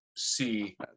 see